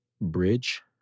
bridge